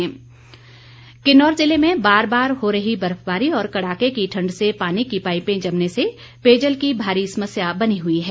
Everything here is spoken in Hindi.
पेयजल किन्नौर जिले में बार बार हो रही बर्फबारी और कड़ाके की ठण्ड से पानी की पाईपे जमने से पेयजल की भारी समस्या बनी हुई है